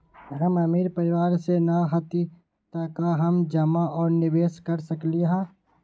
हम अमीर परिवार से न हती त का हम जमा और निवेस कर सकली ह?